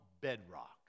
bedrock